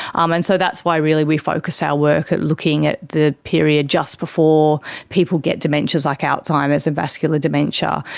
um and so that's why really we focus our work at looking at the period just before people get dementias like alzheimer's and vascular dementia.